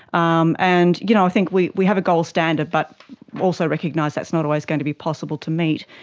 um and you know i think we we have a gold standard, but also recognise that's not always going to be possible to meet.